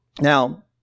Now